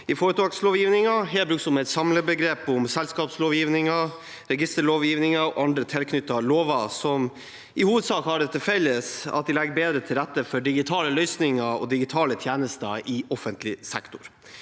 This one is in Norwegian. i foretakslovgivningen, her brukt som et samlebegrep om selskapslovgivningen, registerlovgivningen og andre tilknyttede lover som i hovedsak har det til felles at de legger bedre til rette for digitale løsninger og digitale tjenester i offentlig sektor.